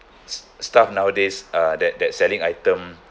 s~ staff nowadays uh that that selling item